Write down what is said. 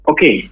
Okay